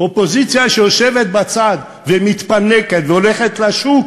אופוזיציה שיושבת בצד ומתפנקת והולכת לשוק